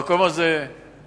המקום הזה מופקר,